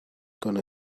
gonna